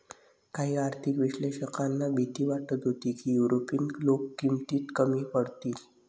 काही आर्थिक विश्लेषकांना भीती वाटत होती की युरोपीय लोक किमतीत कमी पडतील